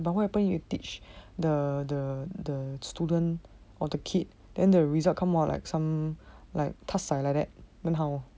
but what happened if you teach the the the student or the kid then the result come out like some like some like that then how